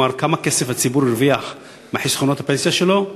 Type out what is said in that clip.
כלומר כמה כסף הציבור הרוויח מחסכונות הפנסיה שלו.